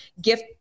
gift